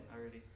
already